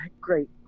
great